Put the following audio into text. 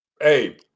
hey